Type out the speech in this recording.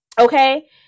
Okay